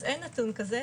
אז אין נתון כזה,